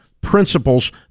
principles